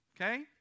Okay